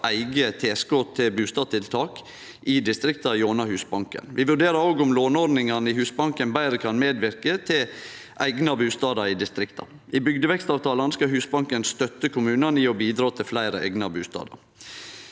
eige tilskot til bustadtiltak i distrikta gjennom Husbanken. Vi vurderer òg om låneordningane i Husbanken betre kan medverke til eigna bustader i distrikta. I bygdevekstavtalane skal Husbanken støtte kommunane i å bidra til fleire eigna bustader.